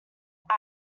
app